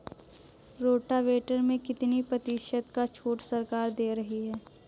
Rotavator में कितनी प्रतिशत का छूट सरकार दे रही है?